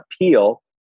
appeal